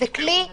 זה כלי דרמטי.